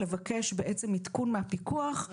לבקש בעצם עדכון מהפיקוח על השינויים.